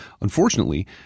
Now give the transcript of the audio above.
Unfortunately